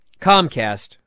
comcast